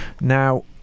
Now